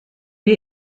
wir